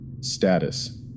Status